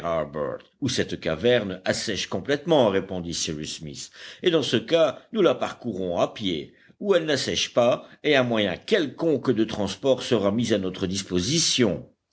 ou cette caverne assèche complètement répondit cyrus smith et dans ce cas nous la parcourrons à pied ou elle n'assèche pas et un moyen quelconque de transport sera mis à notre disposition